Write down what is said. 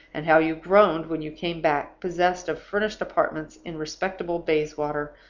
and how you groaned when you came back, possessed of furnished apartments in respectable bayswater,